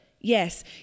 Yes